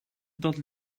dat